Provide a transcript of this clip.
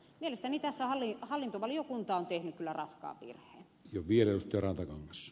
mielestäni tässä hallintovaliokunta on tehnyt kyllä raskaan virheen